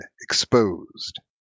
exposed